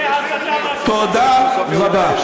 זה הסתה, תודה רבה.